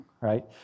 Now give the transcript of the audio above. right